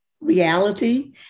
reality